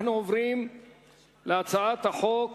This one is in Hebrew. אנחנו עוברים להצעת חוק